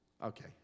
Okay